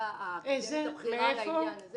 הוועדה האקדמית הבכירה לעניין הזה.